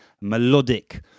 melodic